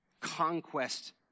conquest